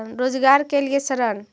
रोजगार के लिए ऋण?